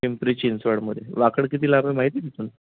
पिंपरी चिंचवडमध्ये वाकड किती लांब आहे माहीत आहे तिथून